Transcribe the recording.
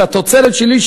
את התוצרת שלי,